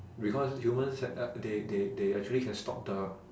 because humans uh they they they actually can stop the